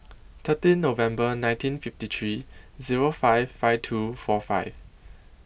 thirteen November nineteen fifty three Zero five five two four five